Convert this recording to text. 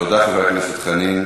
תודה, חבר הכנסת חנין.